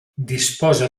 disposa